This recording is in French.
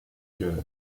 chœur